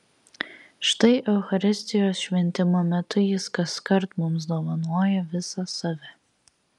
štai eucharistijos šventimo metu jis kaskart mums dovanoja visą save